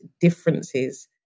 differences